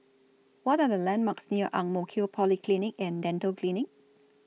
What Are The landmarks near Ang Mo Kio Polyclinic and Dental Clinic